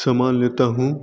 समान लेता हूँ